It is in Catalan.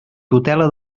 tutela